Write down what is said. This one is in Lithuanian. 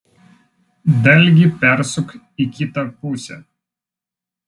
dalgį persuk į kitą pusę